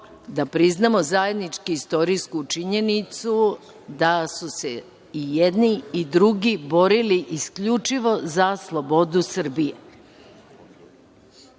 da priznamo zajednički istorijsku činjenicu, da su se i jedni i drugi borili isključivo za slobodu Srbije. Posle